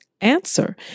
answer